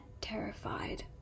terrified